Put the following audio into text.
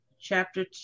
chapter